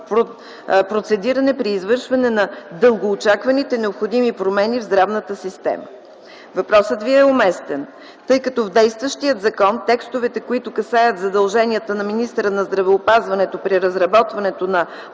процедиране при извършване на дългоочакваните и необходими промени в здравната система. Въпросът Ви е уместен, тъй като в действащия закон текстовете, които касаят задълженията на министъра на здравеопазването при разработването на